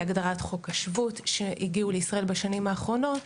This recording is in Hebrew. הגדרת חוק השבות שהגיעו לישראל בשנים האחרונות,